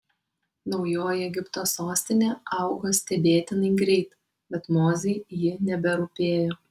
naujoji egipto sostinė augo stebėtinai greit bet mozei ji neberūpėjo